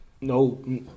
no